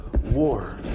War